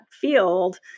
field